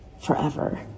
forever